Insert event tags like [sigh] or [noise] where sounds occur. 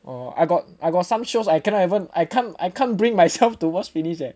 oh I got I got some shows I cannot even I can't I can't bring myself to watch finish eh [laughs]